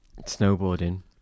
snowboarding